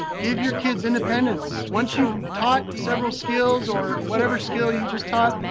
give your kids independence. once you've taught several skills or whatever skill you just taught,